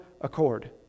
accord